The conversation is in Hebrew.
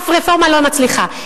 אף רפורמה לא מצליחה.